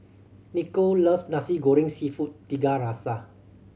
Nichol loves Nasi Goreng Seafood Tiga Rasa